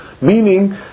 Meaning